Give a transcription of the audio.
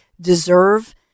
deserve